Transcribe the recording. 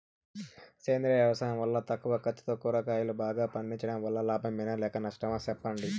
సేంద్రియ వ్యవసాయం వల్ల తక్కువ ఖర్చుతో కూరగాయలు బాగా పండించడం వల్ల లాభమేనా లేక నష్టమా సెప్పండి